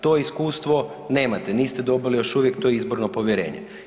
To iskustvo nemate, niste dobili još uvijek to izborno povjerenje.